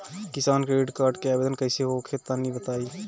किसान credit card के आवेदन कईसे होई तनि बताई?